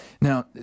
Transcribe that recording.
Now